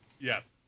Yes